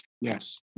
yes